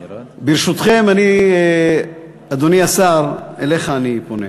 ברשותכם, אדוני השר, אליך אני פונה.